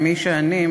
ממי שאני,